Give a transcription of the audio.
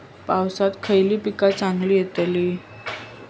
पावसात खयली पीका चांगली येतली?